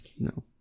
No